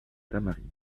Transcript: tamaris